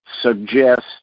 suggest